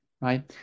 right